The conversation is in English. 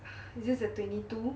is it a twenty two